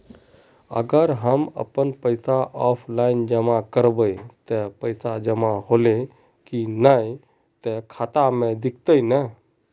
अगर हम अपन पैसा ऑफलाइन जमा करबे ते पैसा जमा होले की नय इ ते खाता में दिखते ने?